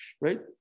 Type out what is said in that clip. right